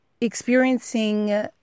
experiencing